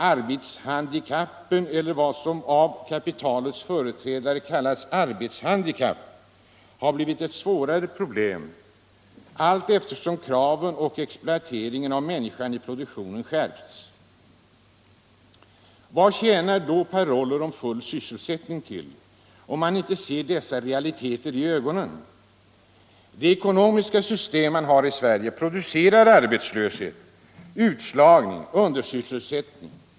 Arbetshandikappen - eller vad som av kapitalets företrädare kallas arbetshandikapp — har blivit ett svårare problem allteftersom kraven på och exploateringen av människan i produktionen skärpts. Vad tjänar då paroller om full sysselsättning till, om man inte ser dessa realiteter i ögonen? Det ekonomiska systemet i Sverige producerar arbetslöshet, utslagning och undersysselsättning.